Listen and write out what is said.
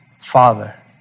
Father